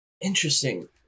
Interesting